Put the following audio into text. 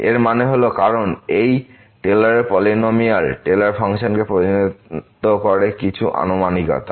এর মানে হল কারণ এই টেলরের পলিনমিয়াল টেইলর ফাংশনকে প্রতিনিধিত্ব করে কিছু আনুমানিকতা